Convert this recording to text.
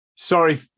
Sorry